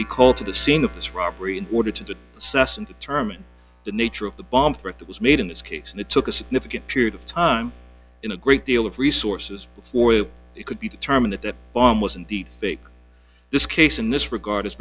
be called to the scene of this robbery in order to sesson determine the nature of the bomb threat that was made in this case and it took a significant period of time in a great deal of resources before you could be determine that the bomb was in the thick this case in this regard